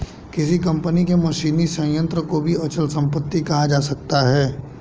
किसी कंपनी के मशीनी संयंत्र को भी अचल संपत्ति कहा जा सकता है